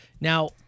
Now